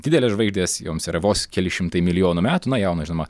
didelės žvaigždės joms yra vos keli šimtai milijonų metų na jaunos žinoma